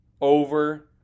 over